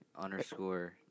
underscore